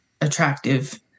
attractive